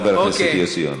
חבר הכנסת יוסי יונה.